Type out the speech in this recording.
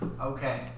Okay